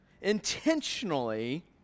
intentionally